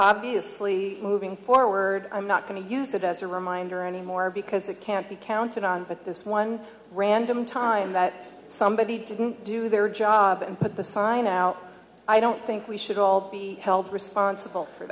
obviously moving forward i'm not going to use that as a reminder anymore because it can't be counted on but this one random time that somebody didn't do their job and put the sign now i don't think we should all be held responsible for